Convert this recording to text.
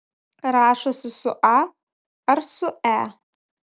rašosi su a ar su e